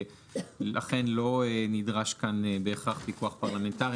לכן לא נדרש כאן בהכרח פיקוח פרלמנטרי,